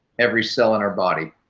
every cell in our body.